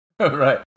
Right